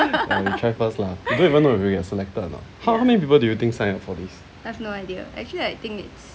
we try first lah we don't even know if we get selected a not how many people do you think sign up for this